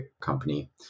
company